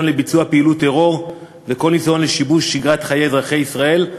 לבצע פעילות טרור וכל ניסיון לשבש את שגרת חיי אזרחי ישראל.